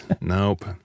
Nope